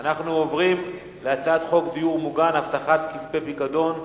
אנחנו עוברים להצעת חוק דיור מוגן (הבטחת כספי פיקדון),